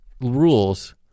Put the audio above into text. rules